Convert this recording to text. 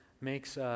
makes